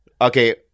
Okay